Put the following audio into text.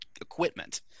equipment